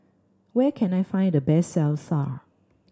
where can I find the best Salsa